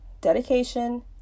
dedication